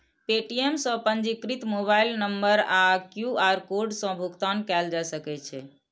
Paytm सं पंजीकृत mobile number आ क्यू.आर कोड सं भुगतान कैल जा सकै छै